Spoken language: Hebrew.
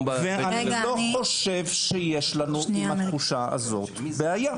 ואני לא חושב שיש לנו עם התחושה הזאת בעיה.